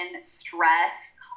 stress